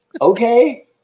okay